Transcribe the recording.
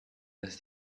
does